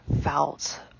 felt